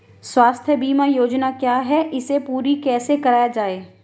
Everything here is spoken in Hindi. स्वास्थ्य बीमा योजना क्या है इसे पूरी कैसे कराया जाए?